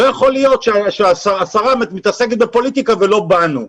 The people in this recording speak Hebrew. לא יכול להיות שהשרה מתעסקת בפוליטיקה ולא בנו.